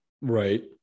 Right